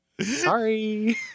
Sorry